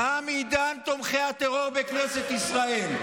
תם עידן תומכי הטרור בכנסת ישראל.